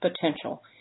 potential